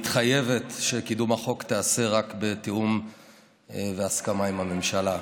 מתחייבת שקידום החוק ייעשה רק בתיאום ובהסכמה עם הממשלה.